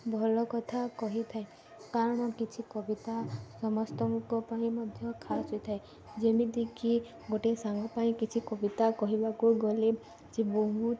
ଭଲ କଥା କହିଥାଏ କାରଣ କିଛି କବିତା ସମସ୍ତଙ୍କ ପାଇଁ ମଧ୍ୟ ଖାସ ହୋଇଥାଏ ଯେମିତିକି ଗୋଟେ ସାଙ୍ଗ ପାଇଁ କିଛି କବିତା କହିବାକୁ ଗଲେ ଯେ ବହୁତ